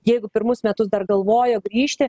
jeigu pirmus metus dar galvojo grįžti